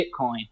Bitcoin